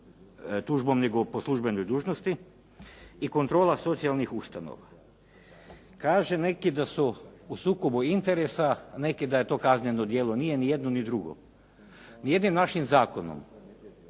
tužbom, nego po službenoj dužnosti. I kontrola socijalnih ustanova. Kažu neki da su u sukobu interesa, neki da je to kazneno djelo. Nije ni jedno ni drugo. Nijednim našim zakonom